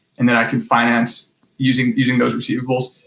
and that i can finance using using those receivables.